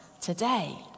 today